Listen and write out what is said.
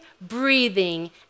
breathing